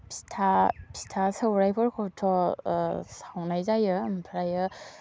फिथा फिथा सौनायफोरखौथ' संनाय जायो ओमफ्रायो